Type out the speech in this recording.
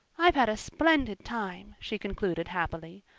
i've had a splendid time, she concluded happily,